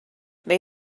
they